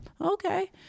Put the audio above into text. Okay